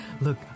Look